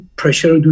pressure